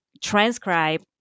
transcribe